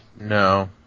No